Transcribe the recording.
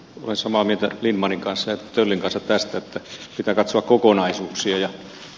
olen samaa mieltä lindtmanin ja töllin kanssa tästä että pitää katsoa kokonaisuuksia